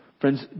Friends